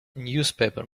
newspaper